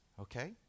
okay